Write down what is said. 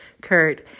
Kurt